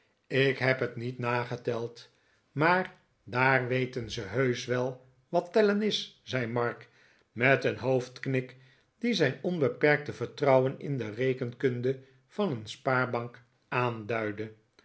ik heb het niet nageteld maar daar weten ze heusch wel wat tellen is zei mark met een hoofdknik die zijn onbeperkte vertrouwen in de rekenkunde van een spaarbank aanduidde